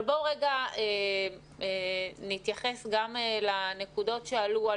בואו רגע נתייחס גם לנקודות שעלו על